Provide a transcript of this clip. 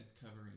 covering